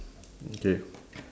okay